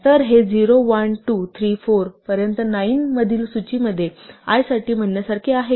तर हे 01 2 3 4 पर्यंत 9 मधील सूचीमध्ये i साठी म्हणण्यासारखे आहे का